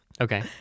Okay